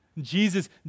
Jesus